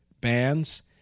bands